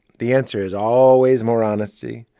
the answer is always more honesty.